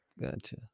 Gotcha